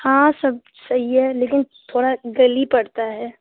हाँ सब सही है लेकिन थोड़ा जल्दी पड़ता है